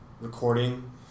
recording